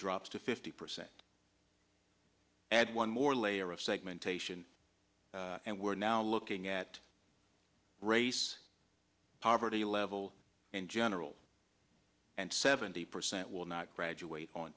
drops to fifty percent add one more layer of segmentation and we're now looking at race poverty level in general and seventy percent will not graduate on